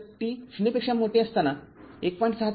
तरt ० साठी १